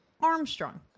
Armstrong